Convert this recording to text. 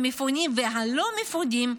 המפונים והלא-מפונים,